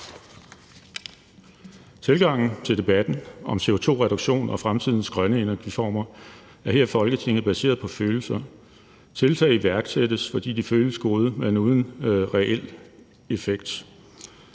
Tilgangen til debatten om en CO2-reduktion og fremtidens grønne energiformer er her i Folketinget baseret på følelser. Tiltag iværksættes, fordi de føles gode, men er uden reel effekt.